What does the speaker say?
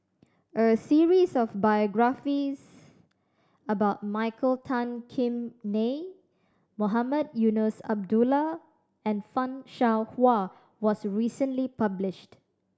a series of biographies about Michael Tan Kim Nei Mohamed Eunos Abdullah and Fan Shao Hua was recently published